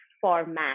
format